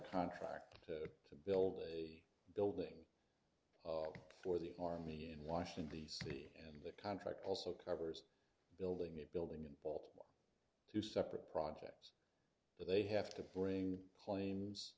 contract to build a building for the army in washington d c and the contract also covers building a building in baltimore two separate projects but they have to bring the claims